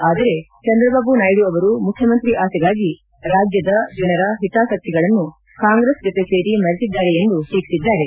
ಆದರೆ ಚಂದ್ರಬಾಬು ನಾಯ್ನು ಅವರು ಮುಖ್ಯಮಂತ್ರಿ ಆಸೆಗಾಗಿ ರಾಜ್ಯದ ಜನರ ಹಿತಾಸಕ್ತಿಗಳನ್ನು ಕಾಂಗ್ರೆಸ್ ಜೊತೆ ಸೇರಿ ಮರೆತಿದ್ದಾರೆ ಎಂದು ಟೀಕಿಸಿದ್ದಾರೆ